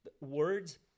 words